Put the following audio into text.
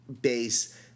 base